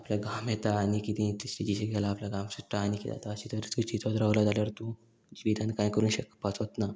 आपल्या घाम येता आनी किदें जी शिकलां आपल्या घाम सुट्टा आनी किदें जाता अशें तरेची रावलो जाल्यार तूं जिविधान कांय करूंक शकपाचोच ना